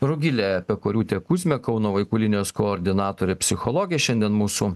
rugilė pekoriūtėkuzmė kauno vaikų linijos koordinatorė psichologė šiandien mūsų